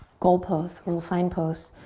goal posts, little signpost.